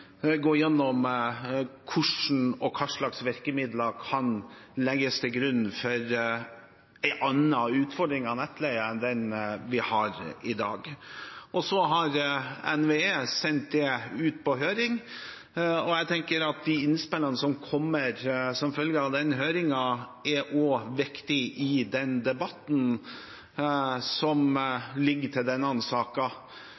hva slags virkemidler som kan legges til grunn for en annen utforming av nettleien enn den vi har i dag. NVE har sendt det ut på høring, og jeg tenker at de innspillene som kommer som følge av denne høringen, også er viktige i den debatten som